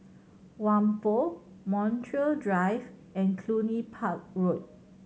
Whampoa Montreal Drive and Cluny Park Road